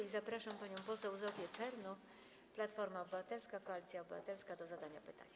I zapraszam panią poseł Zofię Czernow, Platforma Obywatelska - Koalicja Obywatelska, do zadania pytania.